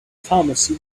pharmacy